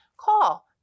call